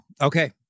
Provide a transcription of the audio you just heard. Okay